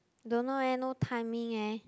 don't know leh no timing eh